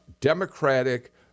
Democratic